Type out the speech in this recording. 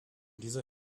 dieser